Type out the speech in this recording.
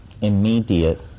immediate